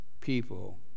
people